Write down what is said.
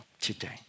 today